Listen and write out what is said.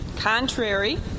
Contrary